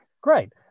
Great